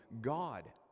God